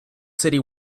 city